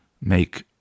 make